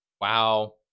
Wow